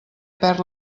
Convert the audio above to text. perd